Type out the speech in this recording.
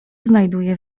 znajduje